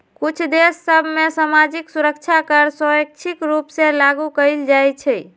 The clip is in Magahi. कुछ देश सभ में सामाजिक सुरक्षा कर स्वैच्छिक रूप से लागू कएल जाइ छइ